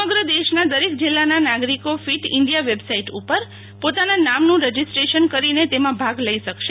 સમગ્ર દેશના દરેક જીલ્લાના નાગરિકો ફીટ ઈન્ઠીયા વેબસાઈટ ઉપર પોતાના નામનું રજીસ્ટ્રેશન કરીને તેમાં ભાગ લઈ શકશે